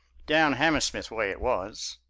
down hammersmith way it was.